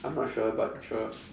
I'm not sure but sure